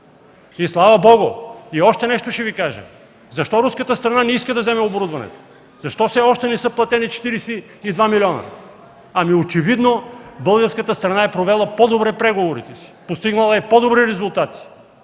И слава Богу! И още нещо ще Ви кажа – защо руската страна не иска да вземе оборудването? Защо все още не са платени 42 милиона? Ами, очевидно българската страна е провела по-добре преговорите си, постигнала е по-добри резултати,